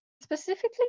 specifically